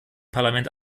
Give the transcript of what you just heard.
parlament